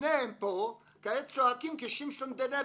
הנה הם פה כעת צועקים כשמשון דנבעכר.